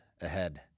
ahead